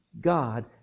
God